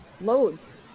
Loads